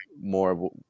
more